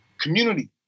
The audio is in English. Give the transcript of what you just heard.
Community